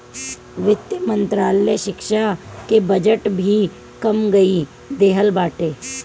वित्त मंत्रालय शिक्षा के बजट भी कम कई देहले बाटे